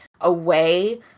away